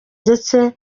ndetse